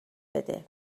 بده